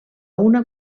una